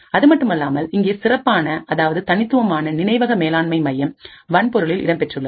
அதுமட்டுமல்லாமல்இங்கே சிறப்பான அதாவது தனித்துவமான நினைவக மேலாண்மை மையம் வன்பொருளில் இடம் பெற்றுள்ளது